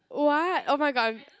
what oh my god I'm